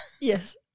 Yes